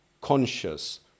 conscious